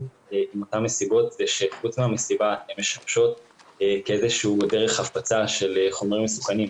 המסיבות משמשות כאיזושהי דרך הפצה של חומרים מסוכנים,